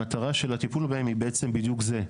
המטרה של הטיפול בהם היא בעצם בדיוק זה,